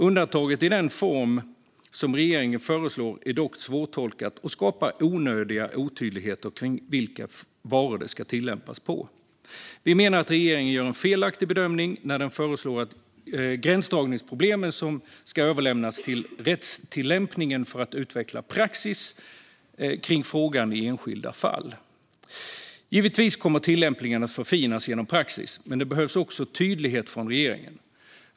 Undantaget i den form som regeringen föreslår är dock svårtolkat och skapar onödiga otydligheter om vilka varor det ska tillämpas på. Vi menar att regeringen gör en felaktig bedömning när den föreslår att gränsdragningsproblemen ska överlämnas till rättstillämpningen för att utveckla praxis kring frågan i enskilda fall. Givetvis kommer tillämpningen att förfinas genom praxis, men det behövs också tydlighet från regeringen.